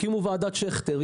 הקימו את ועדת שכטר,